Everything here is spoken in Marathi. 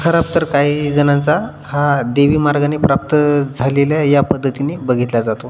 खराब तर काही जणांचा हा देवी मार्गाने प्राप्त झालेल्या या पद्धतीने बघितला जातो